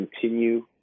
continue